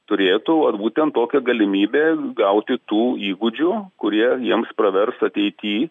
turėtų ot būtent tokią galimybę gauti tų įgūdžių kurie jiems pravers ateity